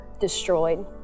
destroyed